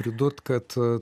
pridurt kad